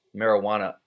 marijuana